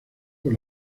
por